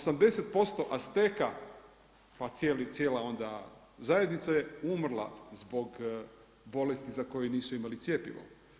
80% Asteka pa cijela onda zajednica je umrla zbog bolesti za koju nisu imali cjepivo.